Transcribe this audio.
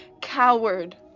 coward